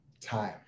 time